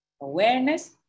Awareness